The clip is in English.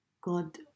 God